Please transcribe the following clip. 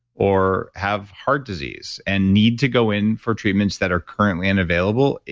or have heart disease, and need to go in for treatments that are currently unavailable,